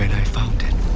i found it,